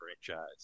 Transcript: franchise